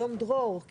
היום דרור,